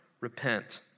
repent